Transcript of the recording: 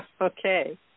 Okay